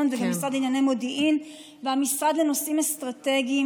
ובמשרד לענייני מודיעין ובמשרד לנושאים אסטרטגיים?